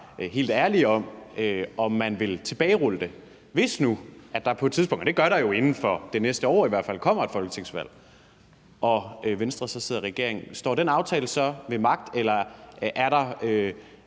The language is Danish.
helt ærlige om, om de ville tilbagerulle det, hvis der på et tidspunkt – det gør der jo i hvert fald inden for det næste år – kommer et folketingsvalg, hvor Venstre kom til at sidde i regering. Står den aftale så ved magt, eller er der